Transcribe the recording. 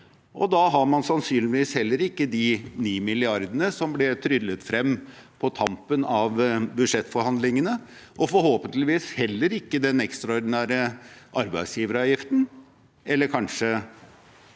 Da har man sannsynligvis heller ikke de 9 mrd. kr som ble tryllet frem på tampen av budsjettforhandlingene, og forhåpentligvis heller ikke den ekstraordinære arbeidsgiveravgiften. Dessverre skal